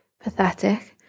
pathetic